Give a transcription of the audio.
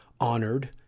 honored